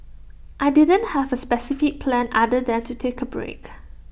I didn't have A specific plan other than to take A break